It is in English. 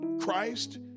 Christ